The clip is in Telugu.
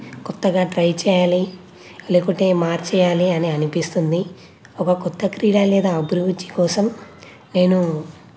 క్రొత్తగా ట్రై చేయాలి లేకుంటే మార్చేయాలి అని అనిపిస్తుంది ఒక క్రొత్త క్రీడా లేదా అభివృద్ధి కోసం నేనూ